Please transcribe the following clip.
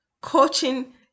Coaching